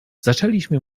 zaczęliśmy